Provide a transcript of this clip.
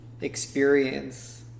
experience